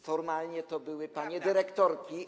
Formalnie to były panie dyrektorki.